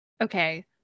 okay